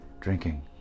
drinking